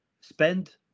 spend